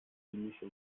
ziemliche